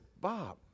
bob